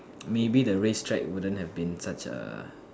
maybe the race track wouldn't have been such a